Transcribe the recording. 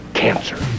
cancer